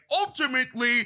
ultimately